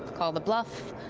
call the bluff.